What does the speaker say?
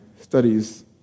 studies